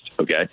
Okay